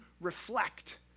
reflect